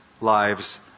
lives